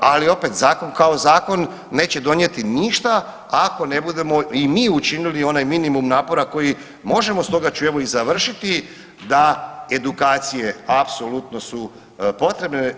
Ali opet zakon kao zakon neće donijeti ništa ako ne budemo i mi učinili onaj minimum napora koji možemo, stoga ću evo i završiti da edukacije apsolutno su potrebne.